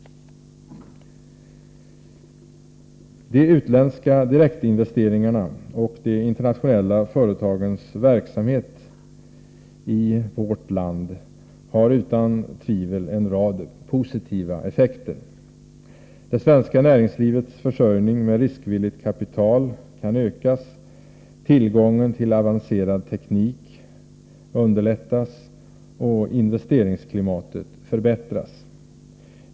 De utländska direktinvesteringarna och de internationella företagens verksamhet i vårt land har utan tvivel en rad positiva effekter. Det svenska näringslivets försörjning med riskvilligt kapital kan ökas, tillgången till avancerad teknik underlättas och investeringsklimatet förbättras.